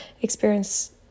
experience